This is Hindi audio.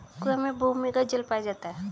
कुएं में भूमिगत जल पाया जाता है